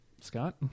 Scott